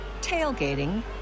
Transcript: tailgating